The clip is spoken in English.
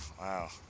Wow